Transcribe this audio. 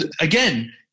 again